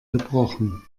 gebrochen